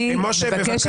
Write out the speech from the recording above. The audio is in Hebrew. משה, בבקשה.